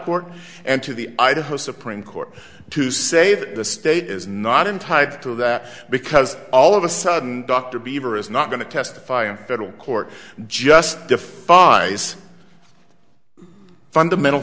court and to the idaho supreme court to say that the state is not in tied to that because all of a sudden dr beaver is not going to testify in federal court just defies fundamental